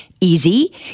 easy